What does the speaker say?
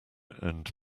earned